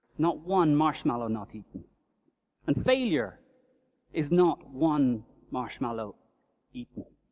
not one marshmallow not eaten and failure is not one marshmallow eaten,